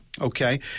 Okay